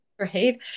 Right